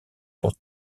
pour